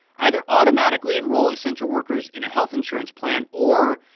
either automatically enroll essential workers in a health insurance plan or,